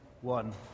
one